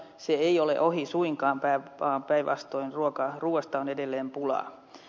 se ei ole ohi suinkaan vaan päinvastoin ruoasta on edelleen pulaa